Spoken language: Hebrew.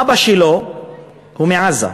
אבא שלו הוא מעזה.